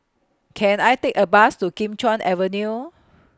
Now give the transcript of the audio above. Can I Take A Bus to Kim Chuan Avenue